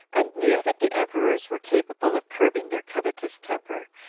and knew that the emperors were capable of curbing their covetous temper,